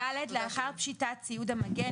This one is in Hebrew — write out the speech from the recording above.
לאחר פשיטת ציוד המגן,